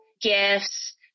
gifts